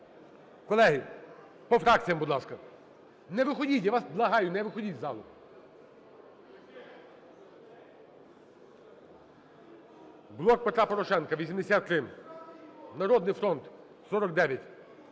Колеги, по фракціям, будь ласка. Не виходіть, я вас благаю, не виходіть з залу. "Блок Петра Порошенка" – 83, "Народний фронт" –